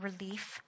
relief